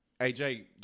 AJ